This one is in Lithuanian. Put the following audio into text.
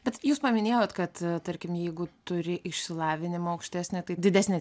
bet jūs paminėjot kad tarkim jeigu turi išsilavinimą aukštesnį tai didesnė